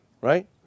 right